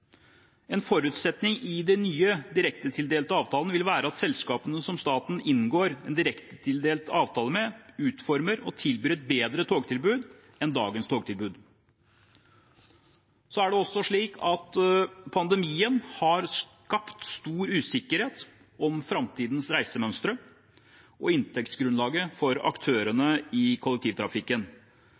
En forutsetning i de nye direktetildelte avtalene vil være at selskapene som staten inngår en direktetildelt avtale med, utformer og tilbyr et bedre togtilbud enn dagens togtilbud. Det er også slik at pandemien har skapt stor usikkerhet om framtidens reisemønstre og inntektsgrunnlaget for aktørene i kollektivtrafikken.